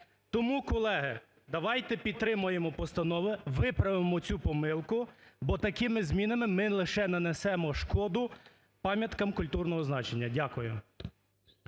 Тому, колеги, давайте підтримаємо постанови, виправимо цю помилку, бо такими змінами ми лише нанесемо шкоду пам'яткам культурного значення. Дякую.